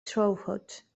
throughout